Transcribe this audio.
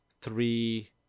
three